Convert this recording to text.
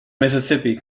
mississippi